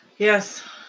Yes